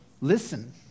listen